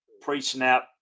pre-snap